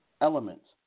elements